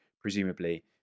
presumably